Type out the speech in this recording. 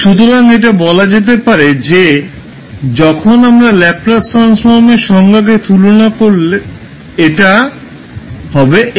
সুতরাং এটা বলা যেতে পারে যে যখন আমরা ল্যাপলাস ট্রান্সফর্মের সংজ্ঞাকে তুলনা করি তখন এটা হবে s